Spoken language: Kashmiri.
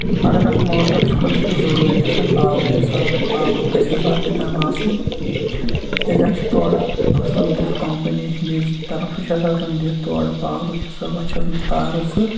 مَگر اتھ موٹرس خٲطرٕ چھُ ضروٗری آسان پاور حِساب پاورُک گژھِ حِساب کِتاب آسُن تِکیازِ اَسہِ چھُ تورٕ آسان تِژھ کَمپٔنی تہِنز طرفہٕ چھُ آسان دِتھ تورٕ پاور حِسابہ اَتھ چھ آسان تارٕ زٕ